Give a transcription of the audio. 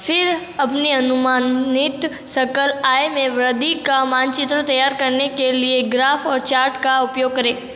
फिर अपनी अनुमानित सकल आय में वृद्धि का मानचित्र तैयार करने के लिए ग्राफ़ और चार्ट का उपयोग करें